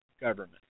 government